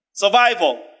Survival